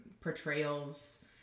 portrayals